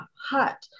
hut